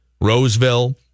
Roseville